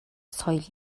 соёл